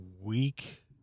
week